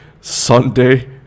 Sunday